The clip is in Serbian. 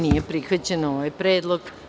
Nije prihvaćen ovaj predlog.